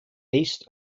east